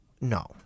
No